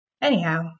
Anyhow